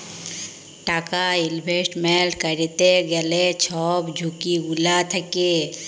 টাকা ইলভেস্টমেল্ট ক্যইরতে গ্যালে ছব ঝুঁকি গুলা থ্যাকে